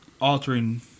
altering